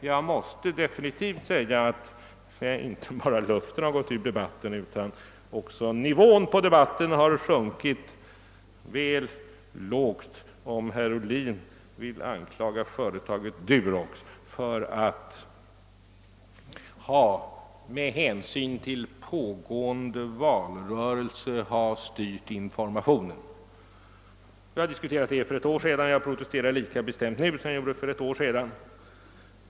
Jag måste dock definitivt konstatera inte bara att luften har gått ur debatten utan också att dennas nivå har sjunkit väl djupt, om herr Ohlin vill anklaga företaget Durox för att av hänsyn till pågående valrörelse ha styrt informationen. Vi har diskuterat den saken för ett år sedan, och jag protesterar lika bestämt nu som då.